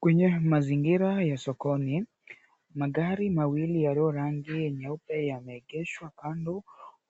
Kwenye mazingira ya sokoni magari mawili yaliyo rangi nyeupe yameegeshwa kando